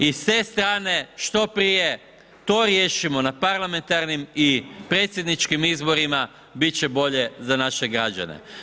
I s te strane što prije to riješimo na parlamentarnim i predsjedničkim izborima bit će bolje za naše građane.